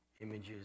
images